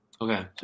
Okay